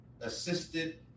assisted